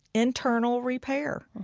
internal repair.